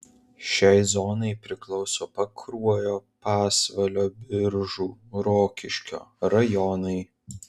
šiai zonai priklauso pakruojo pasvalio biržų rokiškio rajonai